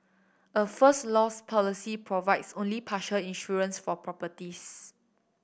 a First Loss policy provides only partial insurance for properties